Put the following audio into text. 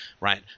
right